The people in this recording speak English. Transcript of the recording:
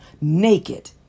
naked